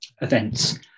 events